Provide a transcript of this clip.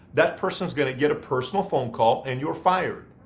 that person's going to get a personal phone call and you're fired.